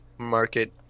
Market